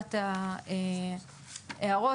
הגשת ההערות,